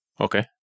Okay